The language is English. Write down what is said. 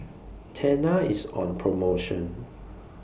Tena IS on promotion